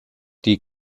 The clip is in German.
die